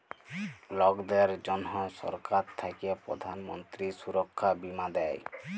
লকদের জনহ সরকার থাক্যে প্রধান মন্ত্রী সুরক্ষা বীমা দেয়